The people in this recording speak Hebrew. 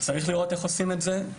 צריך לראות איך עושים את זה.